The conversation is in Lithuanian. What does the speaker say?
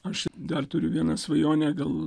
aš dar turiu vieną svajonę gal